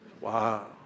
wow